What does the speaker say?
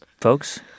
folks